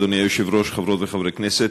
אדוני היושב-ראש, חברות וחברי הכנסת,